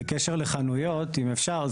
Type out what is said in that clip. בקשר לחנויות, אם אפשר.